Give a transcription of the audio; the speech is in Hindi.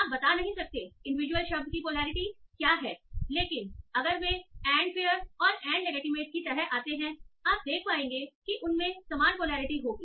आप बता नहीं सकते इंडिविजुअल शब्द की पोलैरिटी क्या है लेकिन अगर वे एंड फेयर और एंड लेगीटीमेट की तरह आते हैं आप देख पाएंगे कि उनमें समान पोलैरिटी होगी